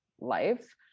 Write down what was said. life